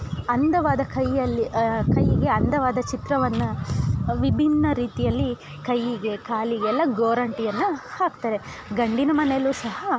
ಅಂದವಾದ ಕೈಯಲ್ಲಿ ಕೈಗೆ ಅಂದವಾದ ಚಿತ್ರವನ್ನು ವಿಭಿನ್ನ ರೀತಿಯಲ್ಲಿ ಕೈಯಿಗೆ ಕಾಲಿಗೆ ಎಲ್ಲ ಗೋರಂಟಿಯನ್ನ ಹಾಕ್ತಾರೆ ಗಂಡಿನ ಮನೆಯಲ್ಲು ಸಹ